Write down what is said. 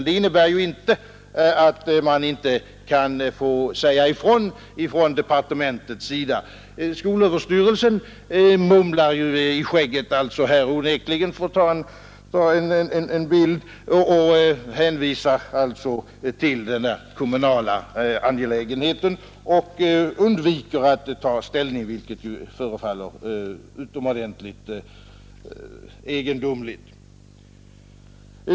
Det innebär emellertid inte att departementet inte kan säga ifrån. Skolöverstyrelsen mumlar onekligen i skägget och hänvisar till denna kommunala angelägenhet och undviker att ta ställning, vilket förefaller utomordentligt egendomligt.